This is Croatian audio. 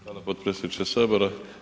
Hvala potpredsjedniče sabora.